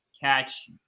catch